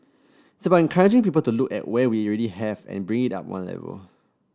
it's about encouraging people to look at what we have and bring it up one level